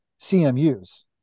CMUs